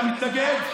הוא התנגד.